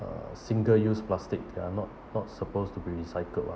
uh single-use plastic they're not not supposed to be recycled [one]